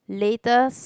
latest